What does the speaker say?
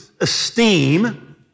esteem